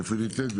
איפה היא נמצאת?